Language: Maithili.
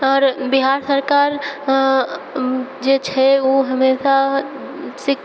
आओर बिहार सरकार जे छै उ हमेशा शिक्षा